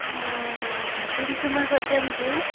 ᱚᱻ ᱛᱤᱱ ᱥᱳᱢᱳᱭ ᱠᱷᱚᱱ ᱪᱚᱢ ᱡᱷᱤᱡᱽ